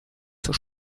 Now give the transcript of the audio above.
zur